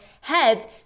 heads